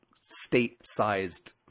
state-sized